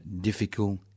difficult